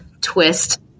twist